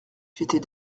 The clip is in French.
j’étais